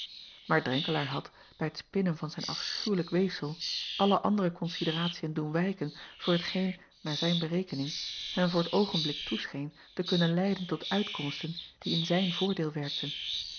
aar renkelaer had bij t spinnen van zijn afschuwlijk weefsel alle andere konsideratiën doen wijken voor t geen naar zijn berekening hem voor t oogenblik toescheen te kunnen leiden tot uitkomsten die in zijn voordeel werkten